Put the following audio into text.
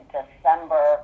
December